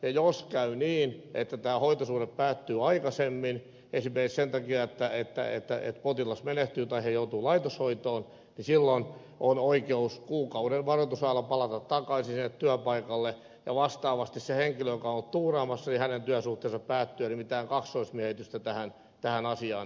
jos käy niin että tämä hoitosuhde päättyy aikaisemmin esimerkiksi sen takia että potilas menehtyy tai hän joutuu laitoshoitoon silloin on oikeus kuukauden varoitusajalla palata takaisin työpaikalle ja vastaavasti sen henkilön joka on tuuraamassa työsuhde päättyy eli mitään kaksoismiehitystä tähän asiaan ei synny